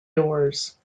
doors